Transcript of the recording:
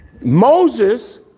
Moses